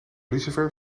lucifer